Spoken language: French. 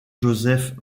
josef